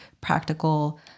practical